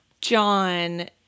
John